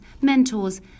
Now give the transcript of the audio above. mentors